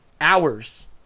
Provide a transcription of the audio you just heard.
hours